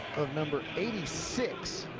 of number eighty six.